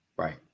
Right